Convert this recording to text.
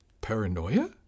Paranoia